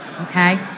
Okay